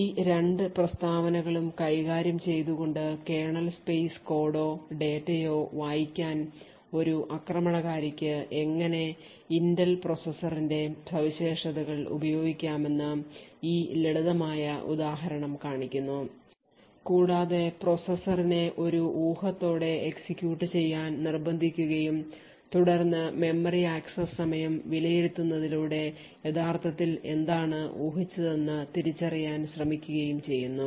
ഈ രണ്ട് പ്രസ്താവനകളും കൈകാര്യം ചെയ്തുകൊണ്ട് കേർണൽ സ്പേസ് കോഡോ ഡാറ്റയോ വായിക്കാൻ ഒരു ആക്രമണകാരിക്ക് എങ്ങനെ ഇന്റൽ പ്രോസസറിന്റെ സവിശേഷതകൾ ഉപയോഗിക്കാമെന്ന് ഈ ലളിതമായ ഉദാഹരണം കാണിക്കുന്നു കൂടാതെ പ്രോസസ്സറിനെ ഒരു ഊഹത്തോടെ execute ചെയ്യാൻ നിർബന്ധിക്കുകയും തുടർന്ന് മെമ്മറി ആക്സസ് സമയം വിലയിരുത്തുന്നതിലൂടെ യഥാർത്ഥത്തിൽ എന്താണ് ഊഹിച്ചതെന്നു തിരിച്ചറിയാൻ ശ്രമിക്കുകയും ചെയ്യുന്നു